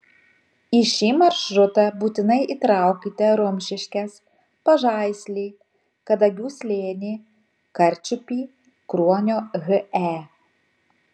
į šį maršrutą būtinai įtraukite rumšiškes pažaislį kadagių slėnį karčiupį kruonio he